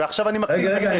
ועכשיו אני מתחיל --- רגע, רגע.